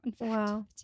wow